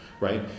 right